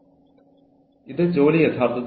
തടസ്സപ്പെടുത്തരുത്